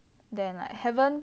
then like haven't